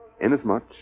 Inasmuch